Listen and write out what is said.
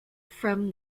from